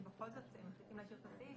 אם בכל זאת מחליטים להשאיר את הסעיף,